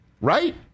Right